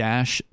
Dash